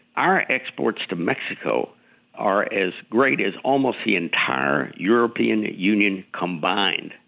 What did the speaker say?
our exports to mexico are as great as almost the entire european union combined.